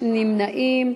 (עבירה על סידור נישואין וגירושין),